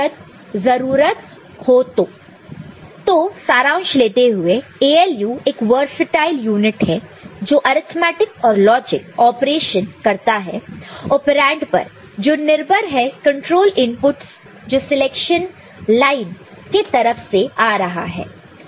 नहीं दिख रहा तो सारांश लेते हुए ALU एक वर्सटल यूनिट है जो अर्थमेटिक और लॉजिक ऑपरेशन करता है ओपेरंड पर जो निर्भर है कंट्रोल इनपुटस जो सिलेक्शन लाइन के तरफ से आ रहा है